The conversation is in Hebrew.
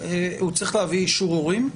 הוא צריך להביא אישור הורים?